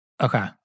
Okay